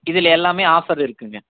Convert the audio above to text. இதில் எல்லாமே ஆஃபர் இருக்குங்க